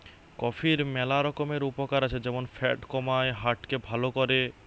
কফির ম্যালা রকমের উপকার আছে যেমন ফ্যাট কমায়, হার্ট কে ভাল করে